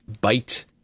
bite